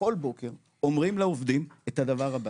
כל בוקר אומרים לעובדים את הדבר הבא